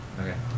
Okay